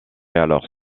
alors